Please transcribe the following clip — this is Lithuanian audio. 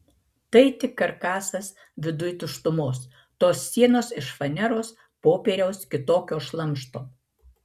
tai tik karkasas viduj tuštumos tos sienos iš faneros popieriaus kitokio šlamšto